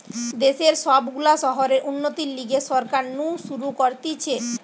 দেশের সব গুলা শহরের উন্নতির লিগে সরকার নু শুরু করতিছে